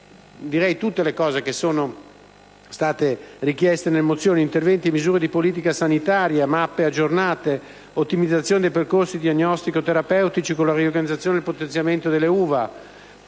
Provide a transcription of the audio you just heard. tutte le richieste presenti nelle mozioni: interventi e misure di politica sanitaria, mappe aggiornate; ottimizzazione dei percorsi diagnostico-terapeutici con la riorganizzazione e il potenziamento delle UVA;